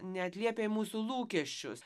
neatliepia į mūsų lūkesčius